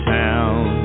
town